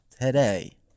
today